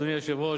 אדוני היושב-ראש,